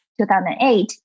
2008